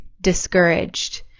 discouraged